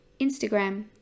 Instagram